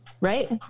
right